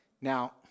Now